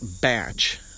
batch